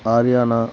Haryana